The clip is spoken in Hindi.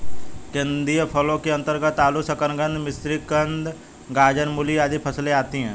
कंदीय फसलों के अंतर्गत आलू, शकरकंद, मिश्रीकंद, गाजर, मूली आदि फसलें आती हैं